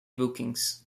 bookings